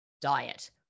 diet